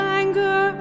anger